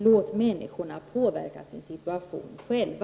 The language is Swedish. Låt människorna påverka sin situation själva!